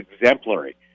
exemplary